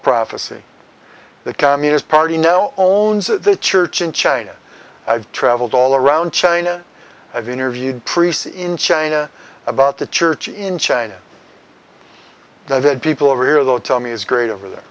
prophecy the communist party now owns the church in china i've traveled all around china i've interviewed priests in china about the church in china that people over here though tell me is great over there